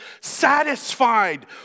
satisfied